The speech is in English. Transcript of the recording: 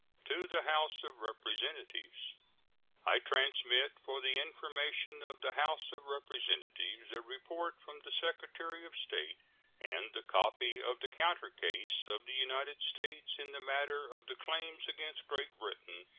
to the house of representatives i transmit, for the information of the house of representatives, a report from the secretary of state and the copy of the counter case of the united states in the matter of the claims against great britain,